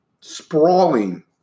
sprawling